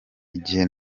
igihe